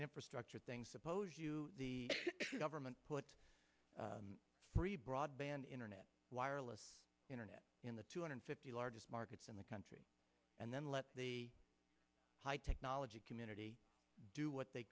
an infrastructure thing suppose you the government put free broadband internet wireless internet in the two hundred fifty largest markets in the country and then let the high technology community do what they